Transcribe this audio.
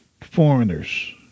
foreigners